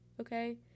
okay